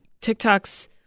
TikTok's